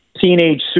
teenage